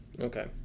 Okay